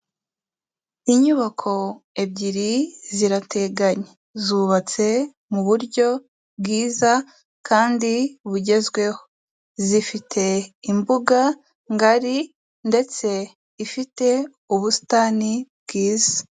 Inyubako ebyiri zirateganye, zubatse mu buryo bwiza kandi bugezweho, zifite imbuga ngari, ndetse ifite ubusitani bwiza.